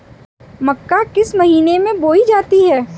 मक्का किस महीने में बोई जाती है?